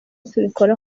tubikora